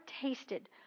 tasted